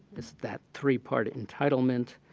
is that three-part entitlement